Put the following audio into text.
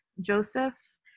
Joseph